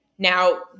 Now